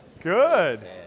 good